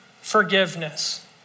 forgiveness